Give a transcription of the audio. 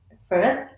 first